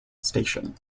station